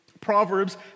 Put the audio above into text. Proverbs